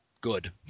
good